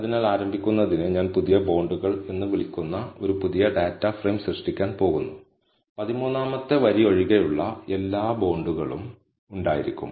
അതിനാൽ ആരംഭിക്കുന്നതിന് ഞാൻ പുതിയ ബോണ്ടുകൾ എന്ന് വിളിക്കുന്ന ഒരു പുതിയ ഡാറ്റ ഫ്രെയിം സൃഷ്ടിക്കാൻ പോകുന്നു അതിൽ 13 ാമത്തെ വരി ഒഴികെയുള്ള എല്ലാ ബോണ്ടുകളും ഉണ്ടായിരിക്കും